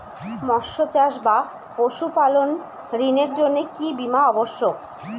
মৎস্য চাষ বা পশুপালন ঋণের জন্য কি বীমা অবশ্যক?